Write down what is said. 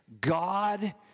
God